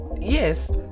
yes